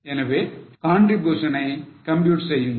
எனவே contribution ஐ compute செய்யுங்கள்